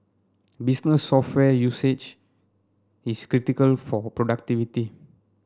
business software usage is critical for productivity